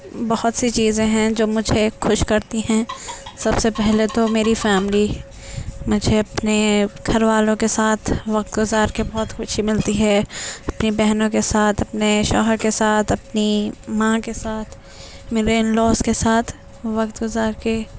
بہت سی چیزیں ہیں جو مجھے خوش کرتی ہیں سب سے پہلے تو میری فیملی مجھے اپنے گھر والوں کے ساتھ وقت گزار کے خوشی ملتی ہے اپنی بہنوں کے ساتھ اپنے شوہر کے ساتھ اپنی ماں کے ساتھ میرے ان لاز کے ساتھ وقت گزار کے